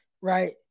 right